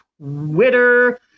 Twitter